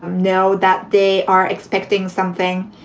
know that they are expecting something.